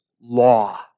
law